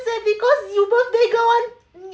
say because you birthday girl [one]